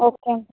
okay